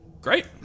Great